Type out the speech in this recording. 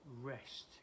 rest